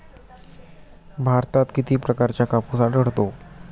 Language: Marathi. भारतात किती प्रकारचा कापूस आढळतो?